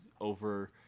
over